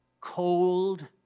cold